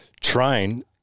train –